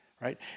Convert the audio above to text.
right